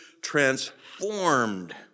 transformed